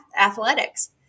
athletics